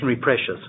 pressures